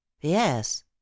yes